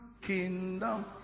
kingdom